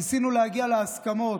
ניסינו להגיע להסכמות,